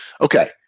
Okay